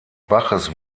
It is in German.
baches